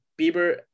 Bieber